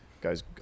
guy's